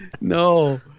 no